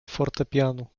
fortepianu